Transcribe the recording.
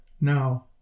now